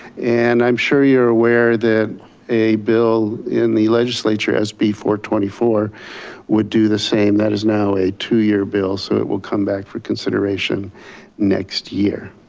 and i'm sure you're aware that a bill in the legislature s b four two four would do the same. that is now a two year bill, so it will come back for consideration next year.